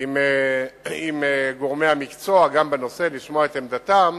עם גורמי המקצוע, גם בנושא, לשמוע את עמדתם,